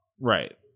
Right